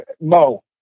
Mo